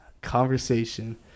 conversation